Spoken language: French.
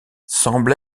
semble